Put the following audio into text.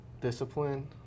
discipline